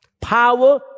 power